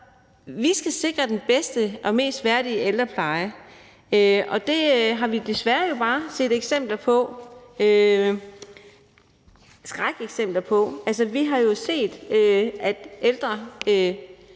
vi skal sikre den bedste og mest værdige ældrepleje. Vi har jo desværre bare set eksempler på det modsatte, skrækeksempler. Vi har set, at ældre